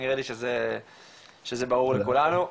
נראה לי שזה ברור לכולנו,